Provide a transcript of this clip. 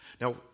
Now